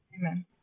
Amen